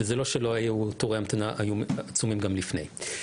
זה לא שלא היו תורי המתנה עצומים גם לפני.